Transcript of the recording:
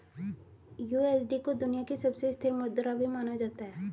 USD को दुनिया की सबसे स्थिर मुद्रा भी माना जाता है